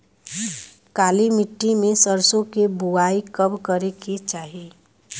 काली मिट्टी में सरसों के बुआई कब करे के चाही?